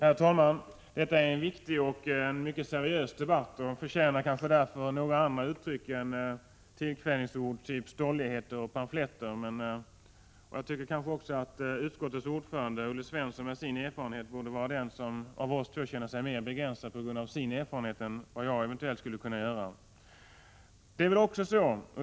Herr talman! Detta är en viktig och mycket seriös debatt och förtjänar kanske därför några andra uttryck än okvädingsord typ stolligheter och pamfletter. Jag tycker att utskottets ordförande Olle Svensson med sin erfarenhet borde vara den av oss som känner sig mer begränsad på grund av sin erfarenhet än jag eventuellt skulle kunna göra.